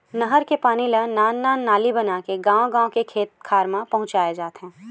नहर के पानी ल नान नान नाली बनाके गाँव गाँव के खेत खार म पहुंचाए जाथे